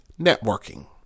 networking